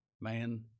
man